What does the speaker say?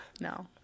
No